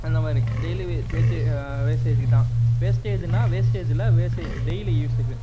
அந்த மாதிரி டெய்லி வே வெச்சு வேஸ்ட்டேஜுக்கு தான் வேஸ்ட்டேஜுன்னா வேஸ்ட்டேஜ் இல்லை வேஸ்ட்டே டெய்லி யூஸுக்கு